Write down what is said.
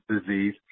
disease